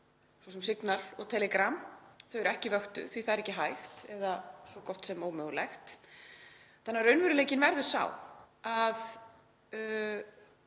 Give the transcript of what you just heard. svo sem Signal og Telegram, eru ekki vöktuð því það er ekki hægt eða svo gott sem ómögulegt. Þannig að raunveruleikinn verður sá að